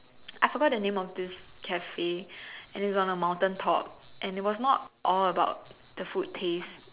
I forgot the name of this cafe and it's on the mountain top and it was not all about the food taste